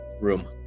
room